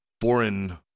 foreign